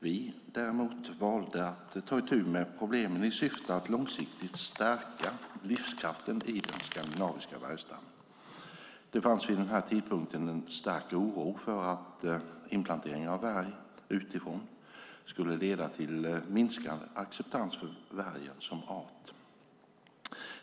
Vi däremot valde att ta itu med problemen i syfte att långsiktigt stärka livskraften i den skandinaviska vargstammen. Det fanns vid den tidpunkten en stark oro för att inplantering av vargar utifrån skulle leda till minskande acceptans för vargen som art.